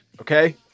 Okay